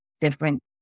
different